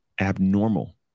abnormal